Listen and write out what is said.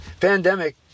pandemic